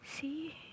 See